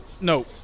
No